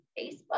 Facebook